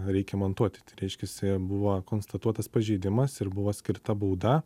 reikia montuoti tai reiškiasi buvo konstatuotas pažeidimas ir buvo skirta bauda